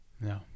No